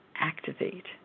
activate